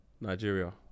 Nigeria